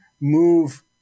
move